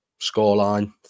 scoreline